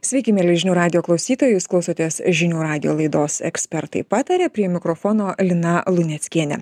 sveiki mieli žinių radijo klausytojai jūs klausotės žinių radijo laidos ekspertai pataria prie mikrofono lina luneckienė